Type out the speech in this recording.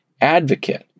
advocate